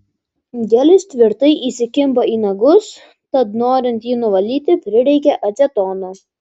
gelis tvirtai įsikimba į nagus tad norint jį nuvalyti prireikia acetono